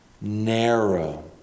narrow